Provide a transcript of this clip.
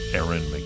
Aaron